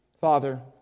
Father